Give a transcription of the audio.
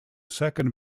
second